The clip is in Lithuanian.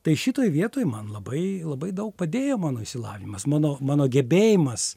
tai šitoj vietoj man labai labai daug padėjo mano išsilavinimas mano mano gebėjimas